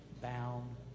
bound